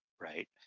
right